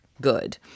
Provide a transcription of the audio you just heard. good